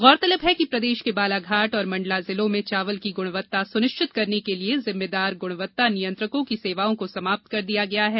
गौरतलब है कि प्रदेश के बालाघाट और मंडला जिलों में चावल की गुणवत्ता सुनिश्चित करने के लिए जिम्मेदार ग्णवत्ता नियंत्रकों की सेवाओं को समाप्त कर दिया है